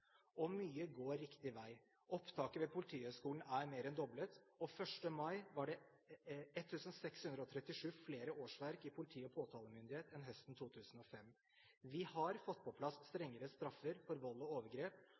Og mye går riktig vei. Opptaket ved Politihøgskolen er mer enn doblet, og 1. mai 2010 var det 1 637 flere årsverk i politi og påtalemyndighet enn høsten 2005. Vi har fått på plass strengere straffer for vold og overgrep,